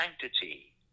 sanctity